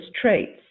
traits